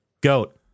Goat